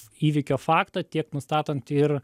įvykio faktą tiek nustatant ir